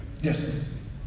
Yes